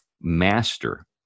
master